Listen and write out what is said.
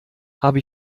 habe